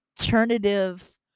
alternative